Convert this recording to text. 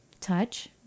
touch